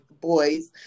boys